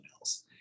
else